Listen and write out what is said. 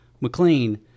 McLean